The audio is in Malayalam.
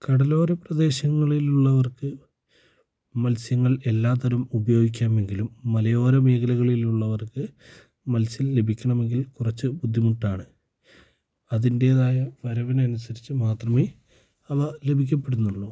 കടലോര പ്രദേശങ്ങളിൽ ഉള്ളവർക്ക് മത്സ്യങ്ങൾ എല്ലാതരം ഉപയോഗിക്കാമെങ്കിലും മലയോര മേഖലകളിലുള്ളവർക്ക് മത്സ്യം ലഭിക്കണമെങ്കിൽ കുറച്ചു ബുദ്ധിമുട്ടാണ് അതിൻ്റേതായ വരവിന് അനുസരിച്ചു മാത്രമേ അവ ലഭിക്കപ്പെടുന്നുള്ളൂ